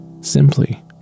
simply